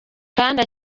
kandi